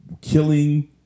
killing